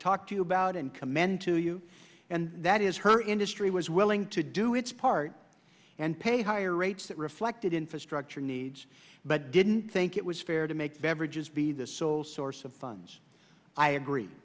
talk to you about in commend to you and that is her industry was willing to do its part and pay higher rates that reflected infrastructure needs but didn't think it was fair to make beverages be the sole source of funds i agree